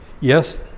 Yes